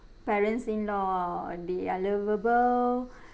parents-in-law they are lovable